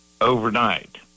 overnight